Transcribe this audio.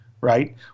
right